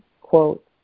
quote